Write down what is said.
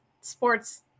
sports